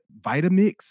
Vitamix